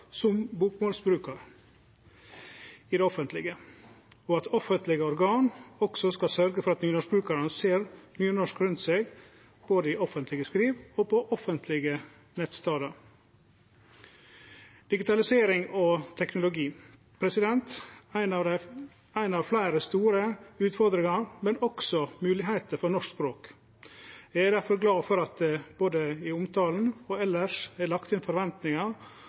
som bokmålsbrukar i det offentlege, og at offentlege organ også skal sørgje for at nynorskbrukarane ser nynorsk rundt seg både i offentlege skriv og på offentlege nettstader. Digitalisering og teknolog er ein av fleire store utfordringar, men også moglegheiter for norsk språk. Eg er difor glad for at det både i omtalen og elles er lagt inn forventningar